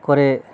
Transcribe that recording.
করে